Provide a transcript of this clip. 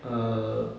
err